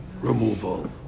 removal